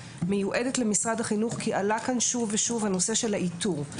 מיועדת למשרד החינוך כי עלה כאן שוב ושוב הנושא של האיתור.